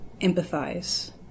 empathize